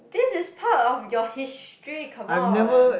this is part of your history come on